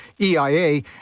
EIA